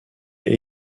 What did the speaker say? est